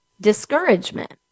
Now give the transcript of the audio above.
discouragement